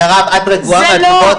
מירב, את רגועה מהתשובות?